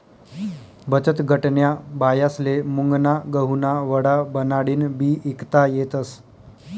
बचतगटन्या बायास्ले मुंगना गहुना वडा बनाडीन बी ईकता येतस